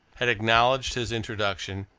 had acknowledged his introduction,